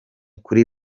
kuri